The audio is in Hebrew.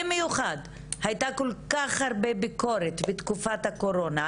במיוחד, הייתה כל כך הרבה ביקורת בתקופת הקורונה.